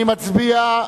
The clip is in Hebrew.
אני מצביע.